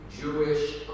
Jewish